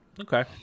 Okay